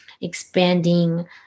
expanding